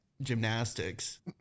gymnastics